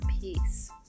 peace